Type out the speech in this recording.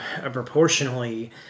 proportionally